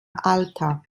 alter